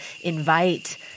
invite